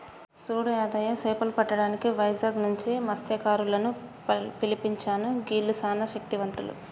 సూడు యాదయ్య సేపలు పట్టటానికి వైజాగ్ నుంచి మస్త్యకారులను పిలిపించాను గీల్లు సానా శక్తివంతులు